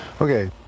Okay